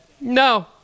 no